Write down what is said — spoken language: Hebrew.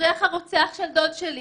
הבריח הרוצח של דוד שלי